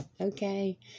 okay